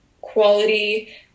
quality